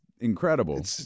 incredible